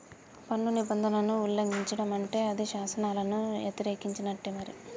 పన్ను నిబంధనలను ఉల్లంఘిచడం అంటే అది శాసనాలను యతిరేకించినట్టే మరి